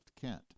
Kent